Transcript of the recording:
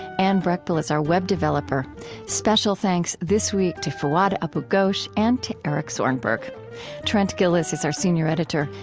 anne breckbill is our web developer special thanks this week to fouad abu-ghosh and to eric zornberg trent gilliss is our senior editor.